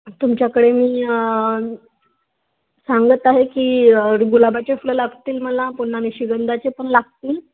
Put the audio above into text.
तुमच्याकडे मी सांगत आहे की गुलाबाचे फुलं लागतील मला पुन्हा निशिगंधाचे पण लागतील